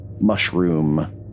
mushroom